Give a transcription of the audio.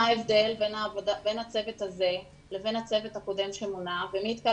מה ההבדל בין הצוות הזה לבין הצוות הקודם שמונה ומי יתקע